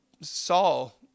Saul